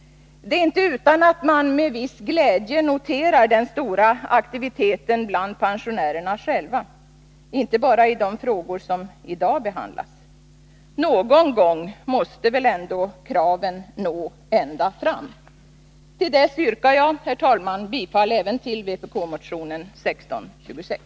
Det är inte utan att man med viss glädje noterar den stora aktiviteten bland pensionärerna själva — inte bara i de frågor som i dag behandlas. Någon gång måste väl kraven nå ända fram. Till dess yrkar jag bifall även till vpk-motionen 1626.